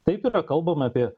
taip yra kalbama apie